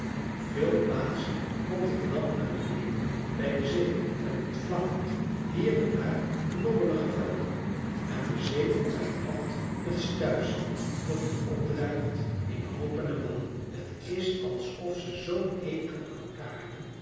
op veel plaatsen komt het land naar beneden bij de zee met vlakke hier en daar knobbelige velden en de zee komt bij t land met stuifzand dat het opdrijft in hoopen en wallen t is alsof ze zoo'n hekel aan elkaar hebben